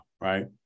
right